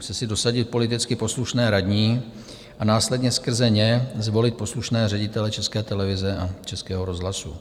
Chce si dosadit politicky poslušné radní a následně skrze ně zvolit poslušné ředitele České televize a Českého rozhlasu.